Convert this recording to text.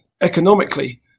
economically